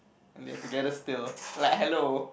they are together still like hello